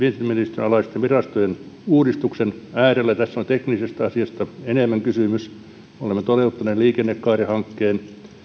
viestintäministeriön alaisten virastojen uudistuksen äärellä tässä on teknisestä asiasta enemmän kysymys olemme toteuttaneet liikennekaarihankkeen